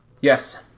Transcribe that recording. Yes